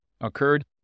occurred